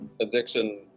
addiction